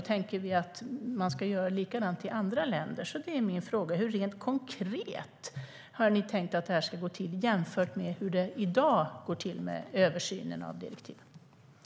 Tänker vi att man ska göra likadant i andra länder? Det är min fråga. Hur har ni rent konkret tänkt att detta ska gå till, jämfört med hur det går till i dag med översynen av direktiven?